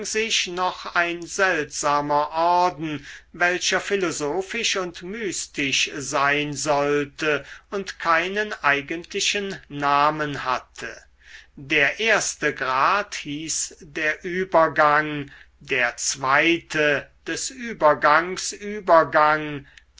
sich noch ein seltsamer orden welcher philosophisch und mystisch sein sollte und keinen eigentlichen namen hatte der erste grad hieß der übergang der zweite des übergangs übergang